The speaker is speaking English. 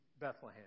Bethlehem